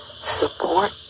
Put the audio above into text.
support